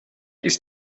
ist